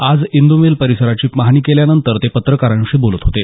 आज इंद् मिल परिसराची पाहणी केल्यानंतर ते पत्रकारांशी बोलत होते